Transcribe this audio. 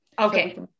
Okay